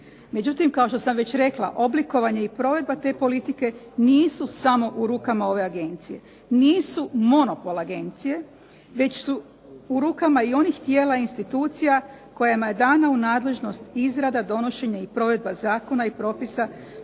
Međutim, kao što sam već rekla oblikovanje i provedba te politike nisu samo u rukama ove agencije, nisu monopol agencije, već su u rukama onih tijela i institucija kojima je dana u nadležnost izrada donošenja i provedba zakona i propisa koji